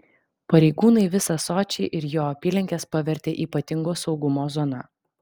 pareigūnai visą sočį ir jo apylinkes pavertė ypatingo saugumo zona